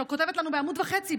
היא כותבת לנו בעמוד וחצי,